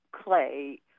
clay